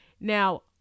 Now